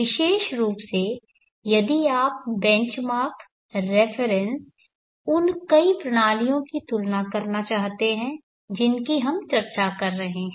विशेष रूप से यदि आप बेंच मार्क रेफरेन्स उन कई प्रणालियों की तुलना करना चाहते हैं जिनकी हम चर्चा कर रहे हैं